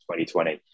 2020